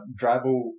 drabble